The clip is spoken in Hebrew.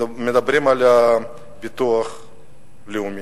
מדברים על הביטוח הלאומי.